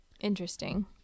Interesting